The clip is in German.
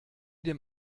dem